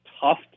tough